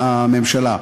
הממשלה.